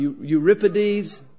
Euripides